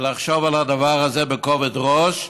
לחשוב על הדבר הזה בכובד ראש,